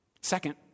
Second